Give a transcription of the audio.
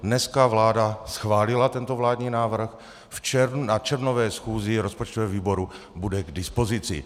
Dneska vláda schválila tento vládní návrh, na červnové schůzi rozpočtového výboru bude k dispozici.